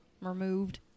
removed